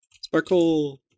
Sparkle